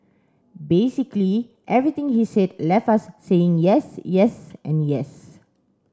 basically everything he said left us saying yes yes and yes